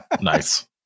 Nice